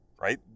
right